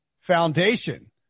foundation